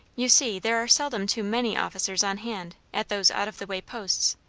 you see, there are seldom too many officers on hand, at those out-of-the-way posts.